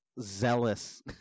zealous